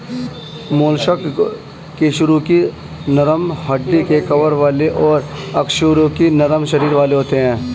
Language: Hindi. मोलस्क कशेरुकी नरम हड्डी के कवर वाले और अकशेरुकी नरम शरीर वाले होते हैं